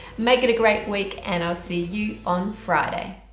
make it a great week and i'll see you on friday.